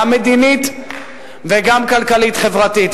גם מדינית וגם כלכלית-חברתית,